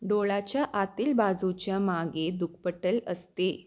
डोळाच्या आतील बाजूच्या मागे दृक्पटल असते